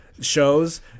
shows